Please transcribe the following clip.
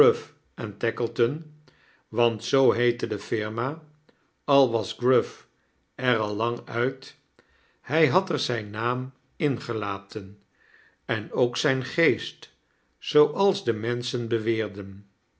want zoo heette defirma al was gruff er al lang uit hij had er zijn iiaam in gelten en ook zijn geest zooals de menschen beweerden